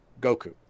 Goku